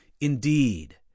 Indeed